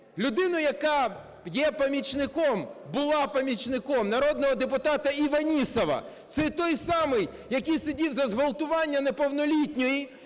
помічником, була помічником народного депутата Іванісова. Це той самий, який сидів за зґвалтування неповнолітньої,